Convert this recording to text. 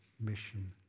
mission